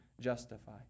justify